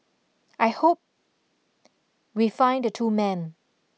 I hope we find the two men